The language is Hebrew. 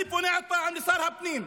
אני פונה עוד פעם לשר הפנים: